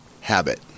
habit